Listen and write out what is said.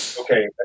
Okay